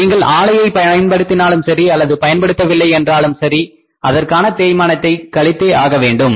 நீங்கள் ஆலையை பயன்படுத்தினாலும் சரி அல்லது பயன்படுத்தவில்லை என்றாலும் சரி அதற்கான தேய்மானத்தை கழித்தே ஆக வேண்டும்